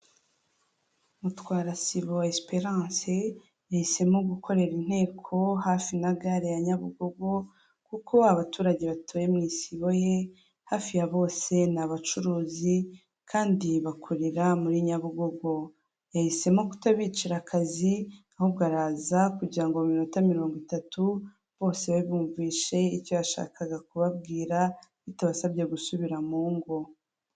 Mutwarasibo Esperance yahisemo gukorera inteko hafi na gare ya nyabugogo kuko abaturage batuye mu isibo ye hafi ya bose ni abacuruzi kandi bakorera muri Nyabugogo yahisemo kutabicira akazi ahubwo araza kugira mu minota mirongo itatu bose babumvise icyo yashakaga kubabwira bitabasabye gusubira mu ngo.